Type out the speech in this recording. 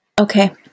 Okay